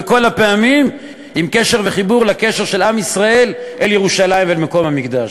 כל הפעמים עם קשר וחיבור לקשר של עם ישראל אל ירושלים ואל מקום המקדש.